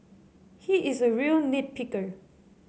he is a real nit picker